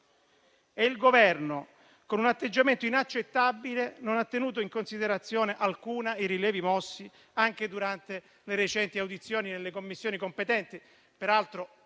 L'Esecutivo, con un atteggiamento inaccettabile, non ha tenuto in considerazione alcuna i rilievi mossi anche durante le recenti audizioni nelle Commissioni competenti